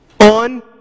on